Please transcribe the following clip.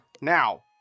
Now